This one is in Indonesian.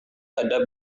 ada